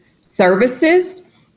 services